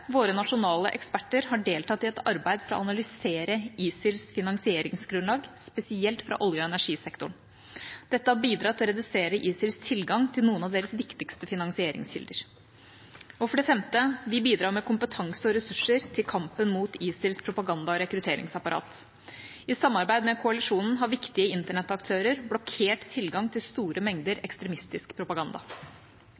Våre nasjonale eksperter har deltatt i et arbeid for å analysere ISILs finansieringsgrunnlag, spesielt fra olje- og energisektoren. Dette har bidratt til å redusere ISILs tilgang til noen av deres viktigste finansieringskilder. For det femte: Vi bidrar med kompetanse og ressurser til kampen mot ISILs propaganda- og rekrutteringsapparat. I samarbeid med koalisjonen har viktige internettaktører blokkert tilgang til store mengder